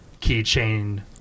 keychain